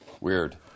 Weird